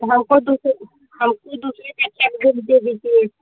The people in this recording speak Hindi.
तो हमको दूसरे हमको दूसरे कक्षा के बुक दे दीजिए